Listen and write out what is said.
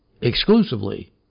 exclusively